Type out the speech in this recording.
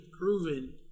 proven